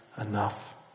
enough